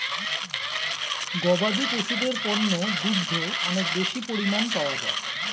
গবাদি পশুদের পণ্য দুগ্ধ অনেক বেশি পরিমাণ পাওয়া যায়